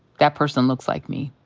that person looks like me.